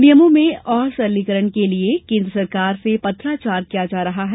नियमों में और सरलीकरण के लिये केन्द्र सरकार से पत्राचार किया जा रहा है